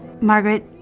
Margaret